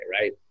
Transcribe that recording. right